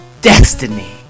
destiny